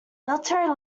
military